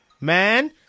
man